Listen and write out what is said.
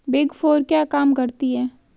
Big four क्या काम करती है?